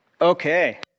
Okay